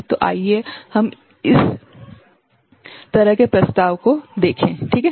तो आइए हम उस तरह के प्रस्ताव को देखें ठीक है